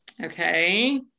Okay